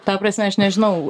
ta prasme aš nežinau